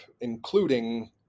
including